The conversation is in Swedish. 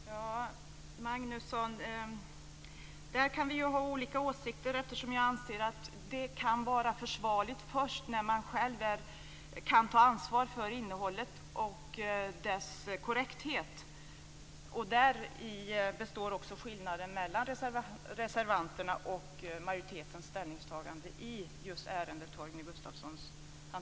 Fru talman! Ja, Göran Magnusson, där kan vi ha olika åsikter. Jag anser att det kan vara försvarligt först när man själv kan ta ansvar för innehållet och dess korrekthet. Däri består också skillnaden mellan reservanternas och majoritetens ställningstagande i ärendet Torgny Gustafsson.